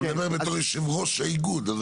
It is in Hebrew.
אתה מדבר בתור יושב ראש האיגוד.